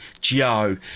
Joe